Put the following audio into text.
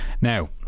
now